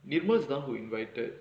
litmus the [one] who invited